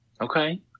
Okay